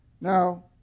Now